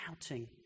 doubting